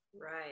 Right